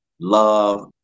love